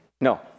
No